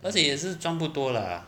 而且也是赚不多啦